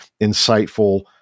insightful